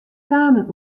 kamen